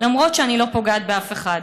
למרות שאני לא פוגעת באף אחד.